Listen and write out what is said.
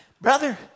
Brother